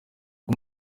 uko